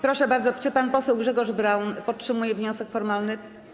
Proszę bardzo, czy pan poseł Grzegorz Braun podtrzymuje wniosek formalny?